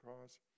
cause